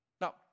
Now